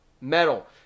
metal